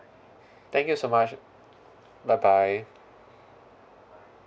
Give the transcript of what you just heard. thank you so much bye bye